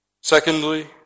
Secondly